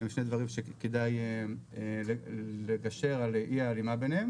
הם שני דברים שכדאי לגשר על אי ההלימה בניהם